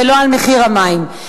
ולא על מחיר המים.